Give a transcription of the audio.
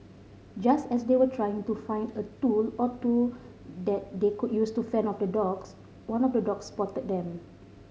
just as they were trying to find a tool or two that they could use to fend off the dogs one of the dogs spotted them